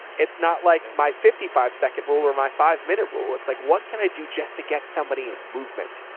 it's not like my fifty five second rule or my five minute rule. it's like, what can i do just to get somebody in movement,